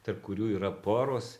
tarp kurių yra poros